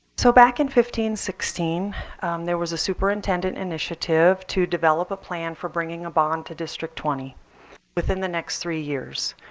so back in fifteen, sixteen there was a superintendent initiative to develop a plan for bringing a bond to district twenty within the next three years.